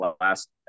last